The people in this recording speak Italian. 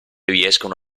riescono